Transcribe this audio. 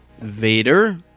Vader